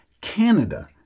Canada